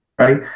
right